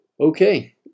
Okay